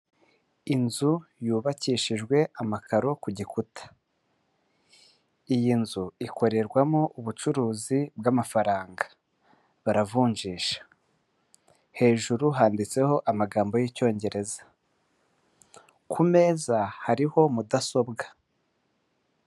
Inzu yubakishijwe amakaro ku gikuta, iyi nzu ikorerwamo ubucuruzi bw'amafaranga baravunjisha ,hejuru handitseho amagambo y'icyongereza ku meza hariho mudasobwa.